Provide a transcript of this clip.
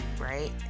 right